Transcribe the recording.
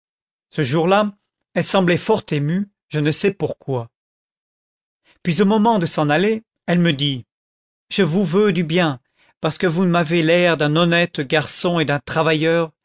ce jour-là elle semblait fort émue je ne sais pourquoi puis au moment de s'en aller elle me dit je vous veux du bien parce que vous m'avez l'air d'un honnête garçon et d'un travailleur